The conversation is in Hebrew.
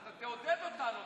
תעודד אותנו,